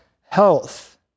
health